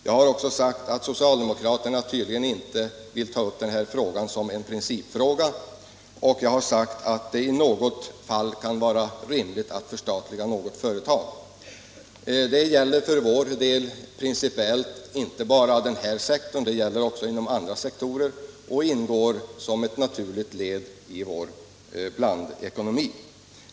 Jag har också sagt att socialdemokraterna tydligen inte vill ta upp den här frågan som en principfråga och att det i något fall kan vara rimligt att förstatliga ett företag. Det gäller för vår del principiellt inte bara den här sektorn utan även andra sektorer och ingår som ett naturligt led i vår blandekonomi.